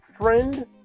friend